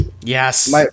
yes